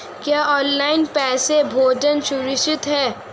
क्या ऑनलाइन पैसे भेजना सुरक्षित है?